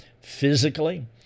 physically